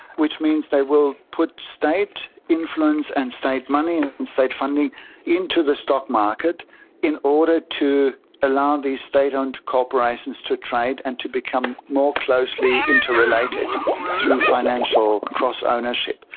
which means they will put state influence and state money and state funding into the stock market in order to allow these state owned corporations to trade and to become more closely interrelated through financial cross ownership.